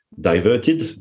diverted